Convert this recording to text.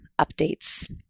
updates